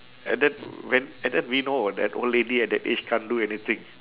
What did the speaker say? and then when and then we know that old lady at the age can't do anything